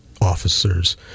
officer's